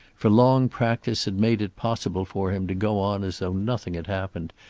for long practice had made it possible for him to go on as though nothing had happened,